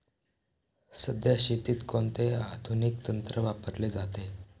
सध्या शेतीत कोणते आधुनिक तंत्र वापरले जाते?